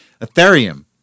Ethereum